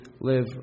live